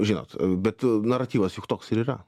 žinot bet a naratyvas juk toks ir yra